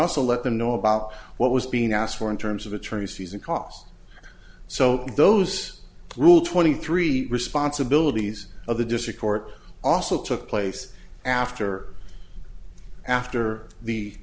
also let them know about what was being asked for in terms of attorneys fees and costs so those rule twenty three responsibilities of the district court also took place after after the